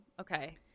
okay